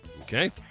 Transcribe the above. Okay